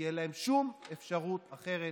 כי אין להם שום אפשרות אחרת,